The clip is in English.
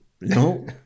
no